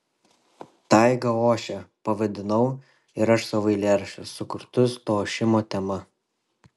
taiga ošia pavadinau ir aš savo eilėraščius sukurtus to ošimo tema